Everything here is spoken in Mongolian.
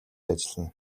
ажиллана